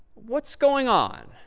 what's going on?